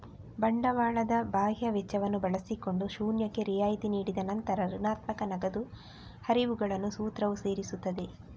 ಬಂಡವಾಳದ ಬಾಹ್ಯ ವೆಚ್ಚವನ್ನು ಬಳಸಿಕೊಂಡು ಶೂನ್ಯಕ್ಕೆ ರಿಯಾಯಿತಿ ನೀಡಿದ ನಂತರ ಋಣಾತ್ಮಕ ನಗದು ಹರಿವುಗಳನ್ನು ಸೂತ್ರವು ಸೇರಿಸುತ್ತದೆ